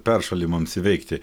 peršalimams įveikti